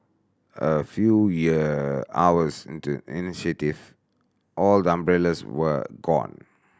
a few year hours into initiative all umbrellas were gone